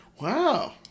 Wow